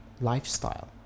lifestyle